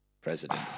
president